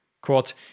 Quote